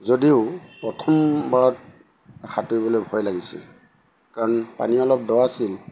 যদিও প্ৰথমবাৰত সাঁতুৰিবলৈ ভয় লাগিছিল কাৰণ পানী অলপ দ আছিল